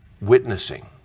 witnessing